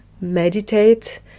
meditate